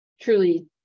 truly